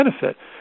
benefit